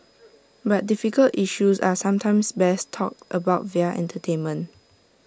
but difficult issues are sometimes best talked about via entertainment